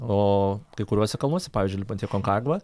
o kai kuriuose kalnuose pavyzdžiui lipant į konkagvą